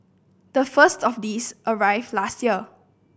the first of these arrived last year